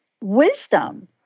wisdom